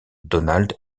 donald